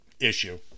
issue